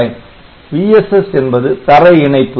Vss என்பது தரை இணைப்பு